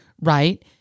right